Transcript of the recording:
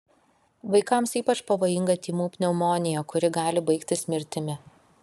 vaikams ypač pavojinga tymų pneumonija kuri gali baigtis mirtimi